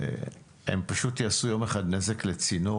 הם פשוט יעשו יום אחד נזק לצינור,